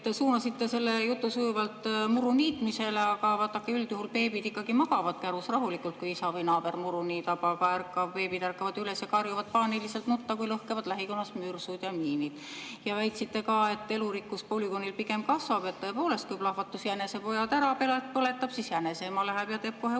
Suunasite selle jutu sujuvalt muruniitmisele, aga vaadake, üldjuhul beebid ikkagi magavad kärus rahulikult, kui isa või naaber muru niidab, aga beebid ärkavad üles ja karjuvad paaniliselt nutta, kui lähikonnas lõhkevad mürsud ja miinid. Te väitsite ka, et elurikkus polügoonil pigem kasvab. Tõepoolest, kui plahvatus jänesepojad ära põletab, siis jäneseema läheb ja teeb kohe uued,